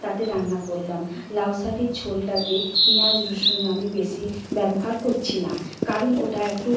তাতে রান্না করলাম লাউ শাকের ঝোলটাতে পেঁয়াজ রসুন আমি বেশি ব্যবহার করছি না কারণ ওটা একটু